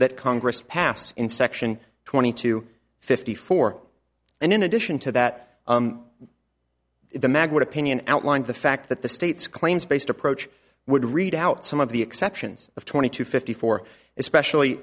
that congress passed in section twenty two fifty four and in addition to that the magnet opinion outlined the fact that the states claims based approach would read out some of the exceptions of twenty two fifty four especially